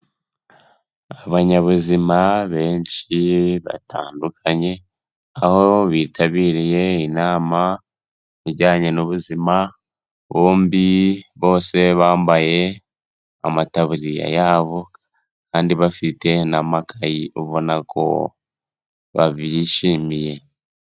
Abanyabuzima benshi batandukanye aho bitabiriye inama ijyanye n'ubuzima, bombi bose bambaye amataburiya yabo kandi bafite n'amakayi ubona ko babyishimiye.